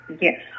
Yes